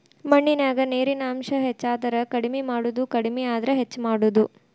ಮಣ್ಣಿನ್ಯಾಗ ನೇರಿನ ಅಂಶ ಹೆಚಾದರ ಕಡಮಿ ಮಾಡುದು ಕಡಮಿ ಆದ್ರ ಹೆಚ್ಚ ಮಾಡುದು